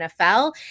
NFL